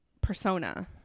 persona